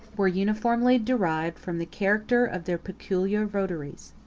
were uniformly derived from the character of their peculiar votaries.